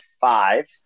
five